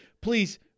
Please